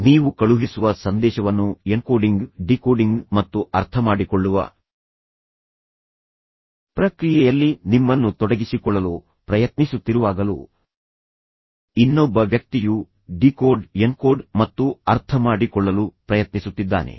ನೀವು ಕಳುಹಿಸುವ ಸಂದೇಶವನ್ನು ಎನ್ಕೋಡಿಂಗ್ ಡಿಕೋಡಿಂಗ್ ಮತ್ತು ಅರ್ಥಮಾಡಿಕೊಳ್ಳುವ ಪ್ರಕ್ರಿಯೆಯಲ್ಲಿ ನಿಮ್ಮನ್ನು ತೊಡಗಿಸಿಕೊಳ್ಳಲು ಪ್ರಯತ್ನಿಸುತ್ತಿರುವಾಗಲೂ ಇನ್ನೊಬ್ಬ ವ್ಯಕ್ತಿಯು ಡಿಕೋಡ್ ಎನ್ಕೋಡ್ ಮತ್ತು ಅರ್ಥಮಾಡಿಕೊಳ್ಳಲು ಪ್ರಯತ್ನಿಸುತ್ತಿದ್ದಾನೆ